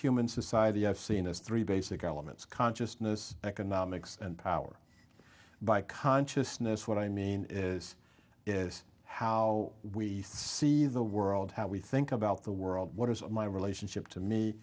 human society have seen as three basic elements consciousness economics and power by consciousness what i mean is is how we see the world how we think about the world what is my relationship to me